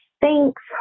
Thanks